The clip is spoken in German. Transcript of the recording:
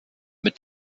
mit